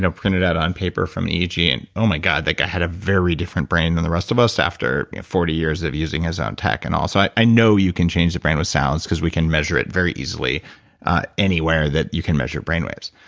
printed out on paper from an eeg. and oh my god, like i had a very different brain than the rest of us after forty years of using his own tech and all. so, i i know you can change the brain with sounds because we can measure it very easily anywhere that you can measure brainwaves.